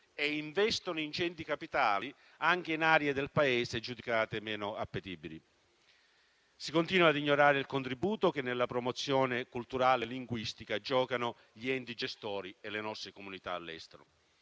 e investono ingenti capitali anche in aree del Paese giudicate meno appetibili. Si continua ad ignorare il contributo che nella promozione culturale e linguistica giocano gli enti gestori e le nostre comunità all'estero.